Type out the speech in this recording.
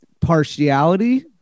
partiality